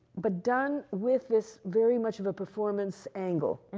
but done with this very much of a performance angle,